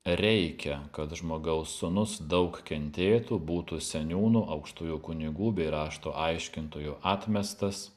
reikia kad žmogaus sūnus daug kentėtų būtų seniūnų aukštųjų kunigų bei rašto aiškintojų atmestas